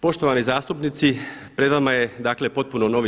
Poštovani zastupnici pred vama je, dakle potpuno novi